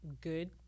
good